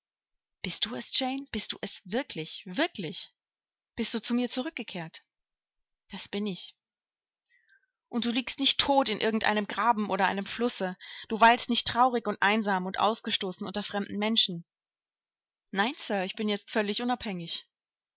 bist du es jane bist du es wirklich wirklich bist du zu mir zurückgekehrt das bin ich und du liegst nicht tot in irgend einem graben oder einem flusse du weilst nicht traurig und einsam und ausgestoßen unter fremden menschen nein sir ich bin jetzt völlig unabhängig